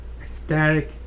ecstatic